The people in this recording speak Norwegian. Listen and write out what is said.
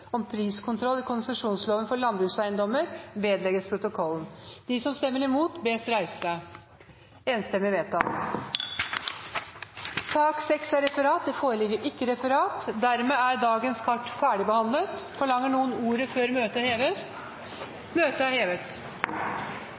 om priskontroll skal følges, og avvente Stortingets behandling før eventuelle endringer i konsesjonsloven iverksettes.» Sosialistisk Venstreparti har varslet at de ønsker å støtte forslaget. Det foreligger ikke noe referat. Dermed er dagens kart ferdigbehandlet. Forlanger noen ordet før møtet heves? – Møtet er hevet.